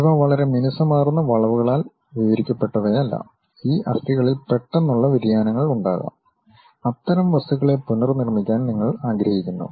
ഇവ വളരെ മിനുസമാർന്ന വളവുകളാൽ വിവരിക്കപ്പെട്ടവയല്ല ഈ അസ്ഥികളിൽ പെട്ടെന്നുള്ള വ്യതിയാനങ്ങൾ ഉണ്ടാകാം അത്തരം വസ്തുക്കളെ പുനർനിർമ്മിക്കാൻ നിങ്ങൾ ആഗ്രഹിക്കുന്നു